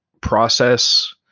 process